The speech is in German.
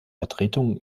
vertretungen